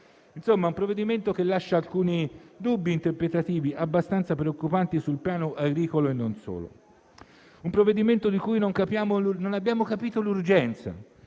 di un provvedimento che lascia alcuni dubbi interpretativi abbastanza preoccupanti sul piano agricolo e non solo; un provvedimento di cui non abbiamo capito l'urgenza,